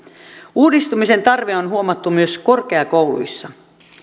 uudistumisen tarve on huomattu myös korkeakouluissa